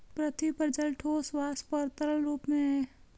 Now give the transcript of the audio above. पृथ्वी पर जल ठोस, वाष्प और तरल रूप में है